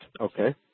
Okay